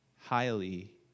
highly